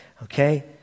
Okay